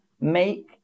make